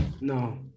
No